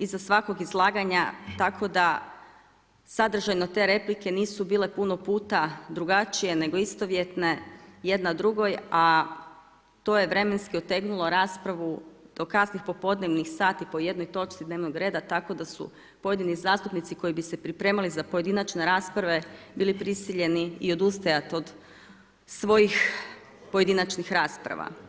iza svakog izlaganja, tako da sadržajno te replike nisu bile puno puta drugačije nego istovjetne jedna drugoj, a to je vremenski otegnulo raspravu do kasnih popodnevnih sati po jednoj točki dnevnog reda tako da su pojedini zastupnici koji bi se pripremali za pojedinačne rasprave bili prisiljeni i odustajat od svojih pojedinačnih rasprava.